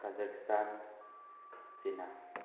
Kazakhstan China